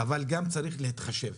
אבל גם צריך להתחשב.